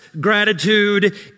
gratitude